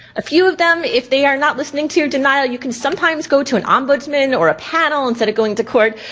a few of them, if you they are not listening to your denial, you can sometimes go to an ombudsman or a panel instead of going to court.